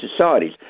societies